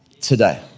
today